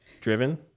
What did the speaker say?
driven